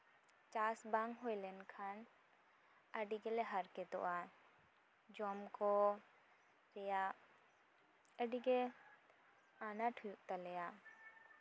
ᱪᱟᱥ ᱵᱟᱝ ᱦᱩᱭ ᱞᱮᱱᱠᱷᱟᱱ ᱟᱹᱰᱤ ᱜᱮᱞᱮ ᱦᱟᱨᱠᱮᱛᱚᱜᱼᱟ ᱡᱚᱢ ᱠᱚ ᱨᱮᱭᱟᱜ ᱟᱹᱰᱤᱜᱮ ᱟᱱᱟᱴ ᱦᱩᱭᱩᱜ ᱛᱟᱞᱮᱭᱟ